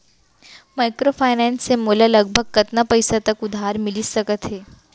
Microfinance से मोला लगभग कतना पइसा तक उधार मिलिस सकत हे?